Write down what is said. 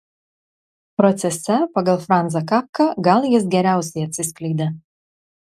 procese pagal franzą kafką gal jis geriausiai atsiskleidė